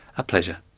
a pleasure.